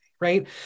right